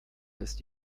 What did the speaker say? ist